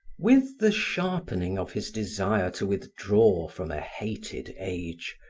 with the sharpening of his desire to withdraw from a hated age,